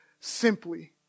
simply